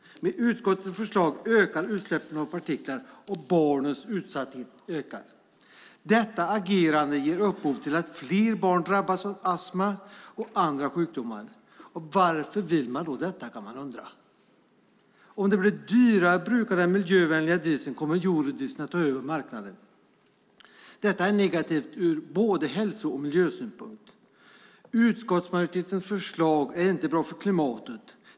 Med utskottets förslag ökar utsläppen av partiklar, och barnens utsatthet ökar. Detta agerande ger upphov till att fler barn drabbas av astma och andra sjukdomar. Varför vill man detta, kan jag undra. Om det blir dyrare att bruka den miljövänliga dieseln kommer Europadieseln att ta över marknaden. Detta är negativt ur både hälso och miljösynpunkt. Utskottsmajoritetens förslag är inte bra för klimatet.